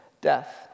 death